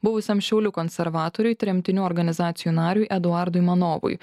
buvusiam šiaulių konservatoriui tremtinių organizacijų nariui eduardui manovui